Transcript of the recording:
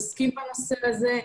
עוסקים בנושא הזה.